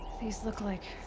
these look like.